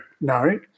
no